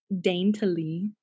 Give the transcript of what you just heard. Daintily